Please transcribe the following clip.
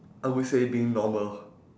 I would say being normal